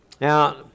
Now